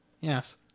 Yes